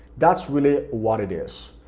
that's really what it is.